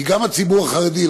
כי גם הציבור החרדי,